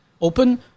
open